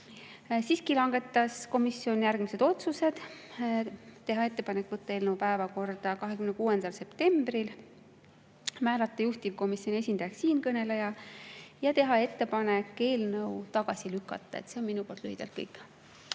Komisjon langetas järgmised otsused. Teha ettepanek võtta eelnõu päevakorda 26. septembril, määrata juhtivkomisjoni esindajaks siinkõneleja ja teha ettepanek eelnõu tagasi lükata. See on minu poolt lühidalt kõik.